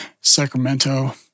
Sacramento